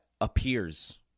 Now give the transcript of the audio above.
appears